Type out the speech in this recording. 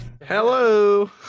Hello